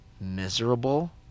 miserable